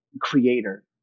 creator